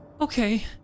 Okay